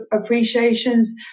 appreciations